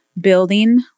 building